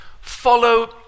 follow